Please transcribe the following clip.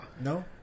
No